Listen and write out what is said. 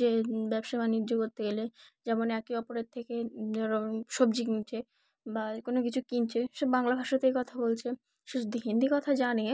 যে ব্যবসা বাণিজ্য করতে গেলে যেমন একে অপরের থেকে ধরো সবজি কিনছে বা কোনো কিছু কিনছে সে বাংলা ভাষাতেই কথা বলছে সে যদি হিন্দি কথা জানে